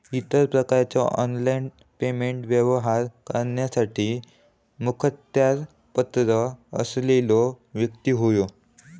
इतर प्रकारचा online payment व्यवहार करण्यासाठी मुखत्यारपत्र असलेलो व्यक्ती होवो